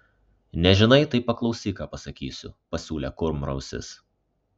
nežinai tai paklausyk ką pasakysiu pasiūlė kurmrausis